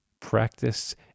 practice